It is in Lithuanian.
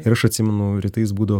ir aš atsimenu rytais būdavo